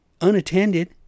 unattended